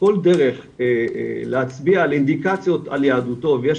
כל דרך להצביע לאינדיקציות על יהדותו ויש